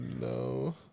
no